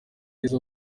izo